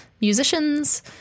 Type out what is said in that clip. musicians